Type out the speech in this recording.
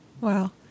Wow